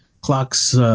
Clock's